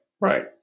Right